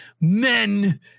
men